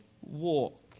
walk